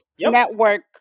network